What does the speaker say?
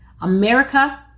America